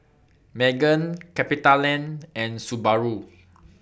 Megan CapitaLand and Subaru